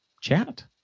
chat